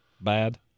bad